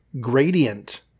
gradient